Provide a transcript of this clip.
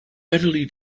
readily